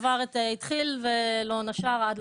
שהתחיל ולא נשר עד לסיום.